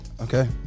Okay